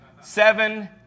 Seven